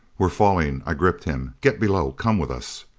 we're falling! i gripped him. get below. come with us.